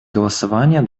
голосования